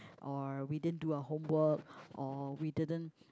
or we didn't do our homework or we didn't